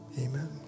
Amen